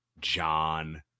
John